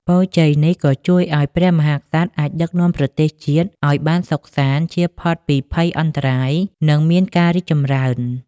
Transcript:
ពរជ័យនេះក៏ជួយឲ្យព្រះមហាក្សត្រអាចដឹកនាំប្រទេសជាតិឲ្យបានសុខសាន្ត ចៀសផុតពីភ័យអន្តរាយ និងមានការរីកចម្រើន។